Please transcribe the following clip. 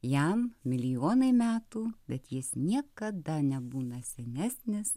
jam milijonai metų bet jis niekada nebūna senesnis